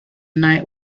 night